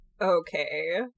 okay